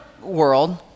world